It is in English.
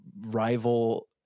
rival